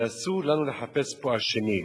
ואסור לנו לחפש פה אשמים.